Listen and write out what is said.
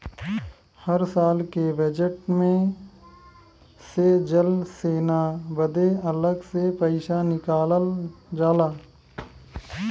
हर साल के बजेट मे से जल सेना बदे अलग से पइसा निकालल जाला